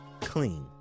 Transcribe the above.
clean